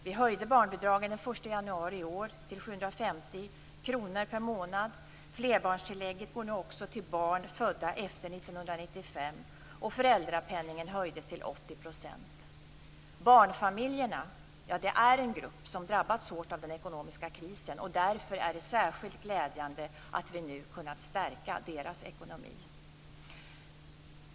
Vi höjde barnbidragen den Barnfamiljerna är en grupp som drabbats hårt av den ekonomiska krisen. Därför är det särskilt glädjande att vi nu kunnat stärka deras ekonomi.